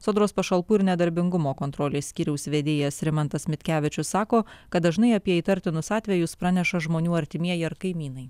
sodros pašalpų ir nedarbingumo kontrolės skyriaus vedėjas rimantas mitkevičius sako kad dažnai apie įtartinus atvejus praneša žmonių artimieji ar kaimynai